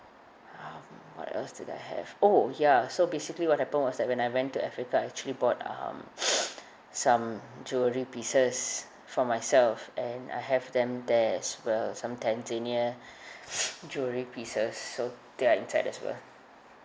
um what else did I have oh ya so basically what happened was that when I went to africa I actually bought um some jewellery pieces for myself and I have them there as well as some tanzania jewellery pieces so they are inside as well